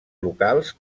locals